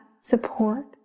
support